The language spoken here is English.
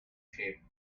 shape